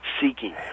seeking